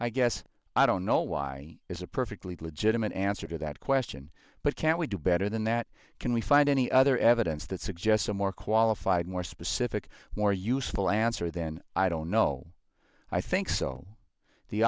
i guess i don't know why is a perfectly legitimate answer to that question but can't we do better than that can we find any other evidence that suggests a more qualified more specific more useful answer then i don't know i think so the